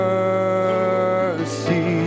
mercy